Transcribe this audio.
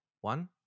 one